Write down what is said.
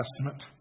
Testament